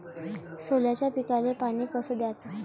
सोल्याच्या पिकाले पानी कस द्याचं?